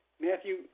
Matthew